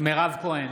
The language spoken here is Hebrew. מירב כהן,